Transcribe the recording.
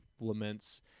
laments